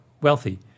wealthy